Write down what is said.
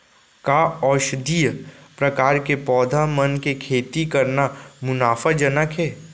का औषधीय प्रकार के पौधा मन के खेती करना मुनाफाजनक हे?